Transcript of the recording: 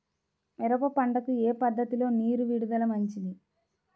మిరప పంటకు ఏ పద్ధతిలో నీరు విడుదల మంచిది?